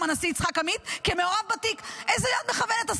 נשיא, כי בעצם זה מאבק בין פרוגרס, בין